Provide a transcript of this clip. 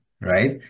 right